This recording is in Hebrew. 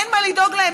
אין מה לדאוג להם,